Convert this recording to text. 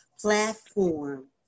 platform